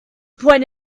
point